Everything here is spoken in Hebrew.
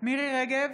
מירי מרים רגב,